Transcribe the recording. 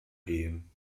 gehen